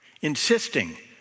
Insisting